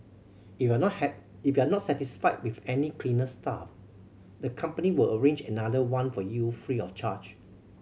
if you are not if you are not satisfied with any cleaner staff the company will arrange another one for you free of charge